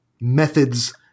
methods